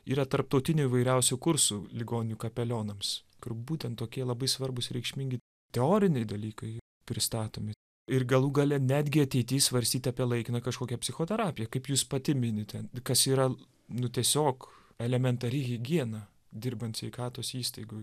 yra tarptautinių įvairiausių kursų ligoninių kapelionams kur būtent tokie labai svarbūs reikšmingi teoriniai dalykai pristatomi ir galų gale netgi ateity svarstyt apie laikiną kažkokią psichoterapiją kaip jūs pati minite kas yra nu tiesiog elementari higiena dirbant sveikatos įstaigoj